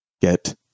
get